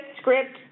script